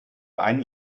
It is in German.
einen